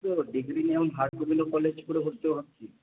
এই তো ডিগ্রি নিয়ে আমি হাটগোবিন্দ কলেজ করে ভর্তি হব ভাবছি